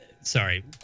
sorry